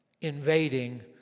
Invading